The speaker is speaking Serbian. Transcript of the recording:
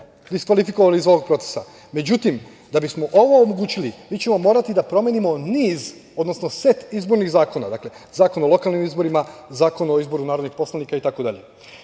diskvalifikovali iz ovog procesa.Međutim, da bismo ovo omogućili, mi ćemo morati da promenimo niz, odnosno set izbornih zakona, dakle, Zakon o lokalnim izborima, Zakon o izboru narodnih poslanika itd. Uz